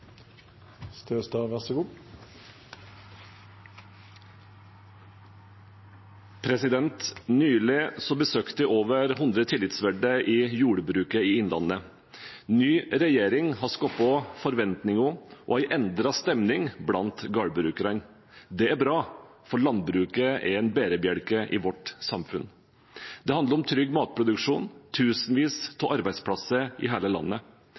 Nylig besøkte jeg over 100 tillitsvalgte i jordbruket i Innlandet. Ny regjering har skapt forventninger og en endret stemning blant gårdbrukerne. Det er bra, for landbruket er en bærebjelke i vårt samfunn. Det handler om trygg matproduksjon, tusenvis av arbeidsplasser i hele landet.